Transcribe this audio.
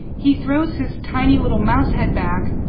he throws his tiny little mouse head back,